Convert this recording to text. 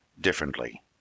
differently